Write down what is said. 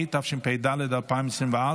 התשפ"ד 2024,